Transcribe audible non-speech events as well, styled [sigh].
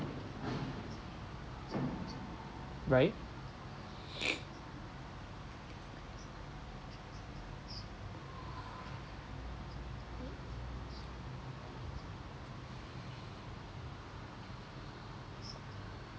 right [noise]